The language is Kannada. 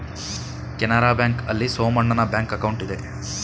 ಕೆನರಾ ಬ್ಯಾಂಕ್ ಆಲ್ಲಿ ಸೋಮಣ್ಣನ ಬ್ಯಾಂಕ್ ಅಕೌಂಟ್ ಇದೆ